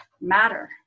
matter